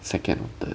second attempt